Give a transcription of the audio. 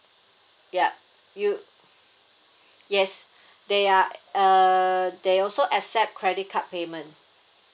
ya you yes they are err they also accept credit card payment